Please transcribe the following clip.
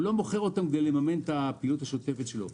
אז הוא לא מוכר אותם כדי לממן את הפעילות השוטפת שלו,